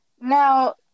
Now